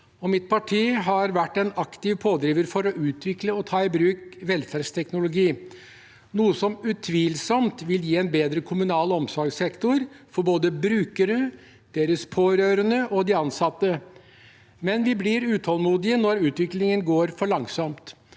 Mitt parti har vært en aktiv pådriver for å utvikle og ta i bruk velferdsteknologi, noe som utvilsomt vil gi en bedre kommunal omsorgssektor for både brukere, deres pårørende og de ansatte. Men vi blir utålmodige når utviklingen går for langsomt.